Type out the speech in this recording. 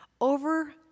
over